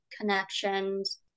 connections